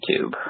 YouTube